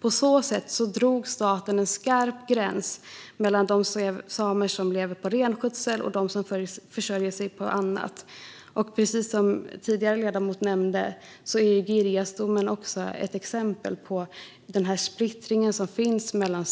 På så sätt drog staten en skarp gräns mellan de samer som lever på renskötsel och de som försörjer sig på annat. Precis som den tidigare ledamoten nämnde är Girjasdomen ett exempel på den splittring som finns mellan